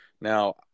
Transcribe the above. Now